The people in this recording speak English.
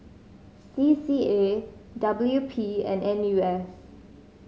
C C A W P and N U S